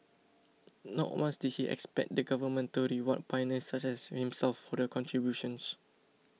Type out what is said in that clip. not once did he expect the government to reward pioneers such as himself for their contributions